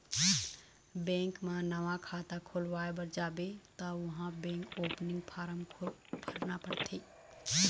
bank म नवा खाता खोलवाए बर जाबे त उहाँ बेंक ओपनिंग फारम भरना परथे